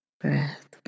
breath